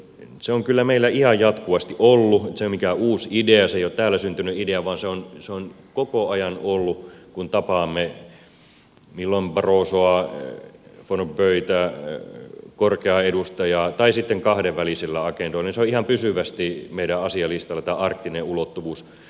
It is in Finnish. se on kyllä meillä ihan jatkuvasti ollut että se ei ole mikään uusi idea se ei ole täällä syntynyt idea vaan se on koko ajan ollut kun tapaamme milloin barrosoa milloin van rompuytä korkeaa edustajaa tai sitten kahdenvälisillä agendoilla se on ihan pysyvästi ollut meidän asialistalla tämä arktinen ulottuvuus